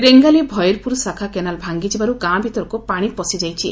ରେଙ୍ଗାଲି ଭଇରପୁର ଶାଖା କେନାଲ ଭାଙ୍ଗିଯିବାରୁ ଗାଁ ଭିତରକୁ ପାଶି ପଶିଯାଇଛି